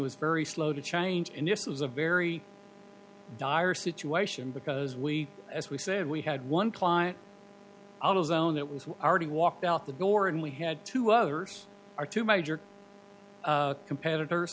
was very slow to change and yes it was a very dire situation because we as we said we had one client autozone that was already walked out the door and we had two others are two major competitors